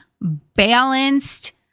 balanced